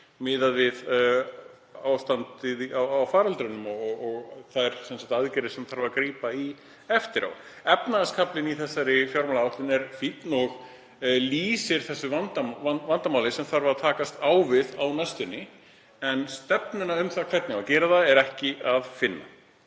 miðað við ástandið á faraldrinum og þær aðgerðir sem grípa þarf til eftir á. Efnahagskaflinn í þessari fjármálaáætlun er fínn og lýsir þessu vandamáli sem þarf að takast á við á næstunni, en stefnuna um það hvernig á að gera það er ekki að finna